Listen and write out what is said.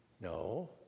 No